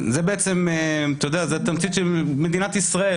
זאת תמצית מדינת ישראל,